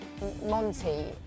Monty